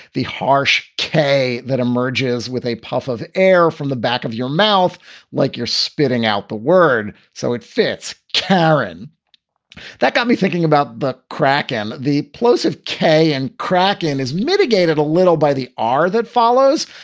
the harsh k that emerges with a puff of air from the back of your mouth like you're spitting out the word. so it fits. cameron that got me thinking about the crack in the plosive k and cracken is mitigated a little by the r that follows.